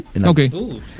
Okay